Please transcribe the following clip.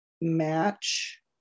match